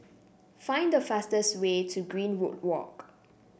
find the fastest way to Greenwood Walk